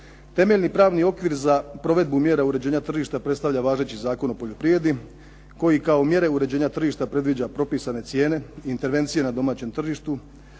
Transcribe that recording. Temeljni pravni okvir za provedbu mjera uređenja tržišta predstavlja važeći Zakon o poljoprivredi koji kao mjere uređenja tržišta predviđa propisane cijene i intervencije na domaćem tržištu,